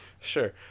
sure